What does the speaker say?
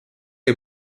est